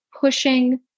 pushing